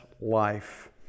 life